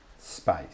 space